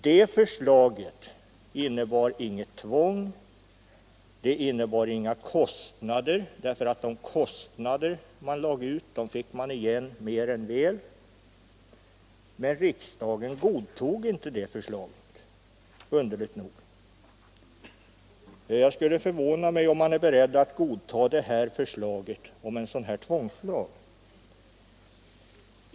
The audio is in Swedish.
Det förslaget innebar inget tvång, det innebar inga kostnader, därför att de pengar man lade ut skulle man få igen mer än väl. Men riksdagen godtog inte det förslaget — underligt nog. Det skulle förvåna mig om riksdagen biföll förslaget om en tvångslag vad gäller bilbältesanvändning.